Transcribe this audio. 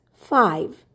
five